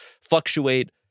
fluctuate